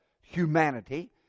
humanity